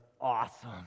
awesome